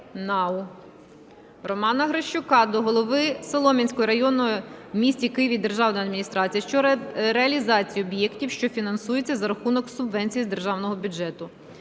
Романа Грищука до голови Солом'янської районної в місті Києві державної адміністрації щодо реалізації об'єктів, що фінансуються за рахунок субвенції з державного бюджету.